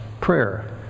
Prayer